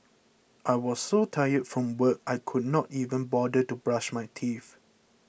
I was so tired from work I could not even bother to brush my teeth